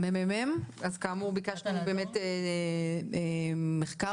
הממ"מ עשו מחקר